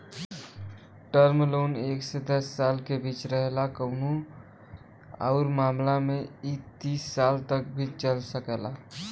term loan एक से दस साल के बीच रहेला कउनो आउर मामला में इ तीस साल तक भी चल सकला